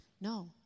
No